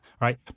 right